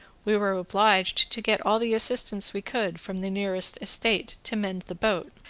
we were obliged to get all the assistance we could from the nearest estate to mend the boat,